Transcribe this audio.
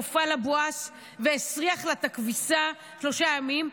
הופעל הבואש והסריח את הכביסה שלושה ימים,